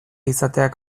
izateak